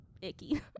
icky